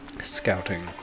scouting